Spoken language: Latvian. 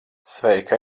sveika